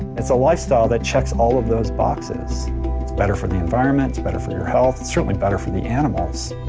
it's a lifestyle that checks all of those boxes. it's better for the environment. it's better for your health. it's certainly better for the animals